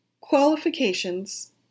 Qualifications